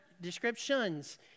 descriptions